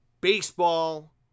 baseball